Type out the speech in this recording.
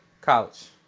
college